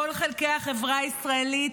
כל חלקי החברה הישראלית,